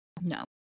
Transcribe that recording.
No